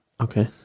Okay